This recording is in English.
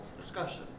discussion